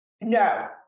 no